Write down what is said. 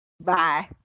Bye